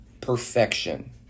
perfection